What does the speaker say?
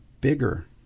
bigger